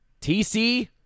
TC